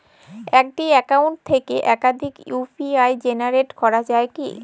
একটি অ্যাকাউন্ট থেকে একাধিক ইউ.পি.আই জেনারেট করা যায় কি?